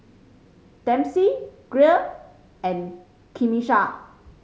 Dempsey Gia and Camisha